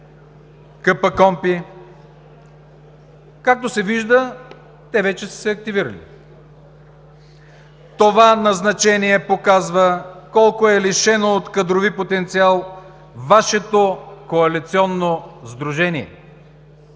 КПКОНПИ, както се вижда те вече са се активирали. Това назначение показва колко е лишено от кадрови потенциал Вашето коалиционно сдружение.